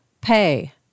pay